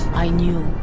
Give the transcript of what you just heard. i knew